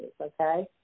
okay